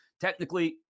Technically